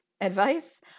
advice